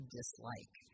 dislike